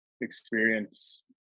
experience